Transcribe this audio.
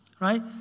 right